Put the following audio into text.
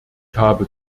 habe